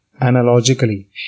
analogically